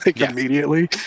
immediately